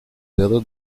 dedos